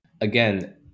Again